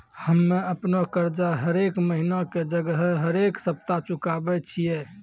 हम्मे अपनो कर्जा हरेक महिना के जगह हरेक सप्ताह चुकाबै छियै